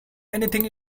anything